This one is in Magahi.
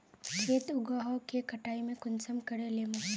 खेत उगोहो के कटाई में कुंसम करे लेमु?